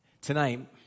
Tonight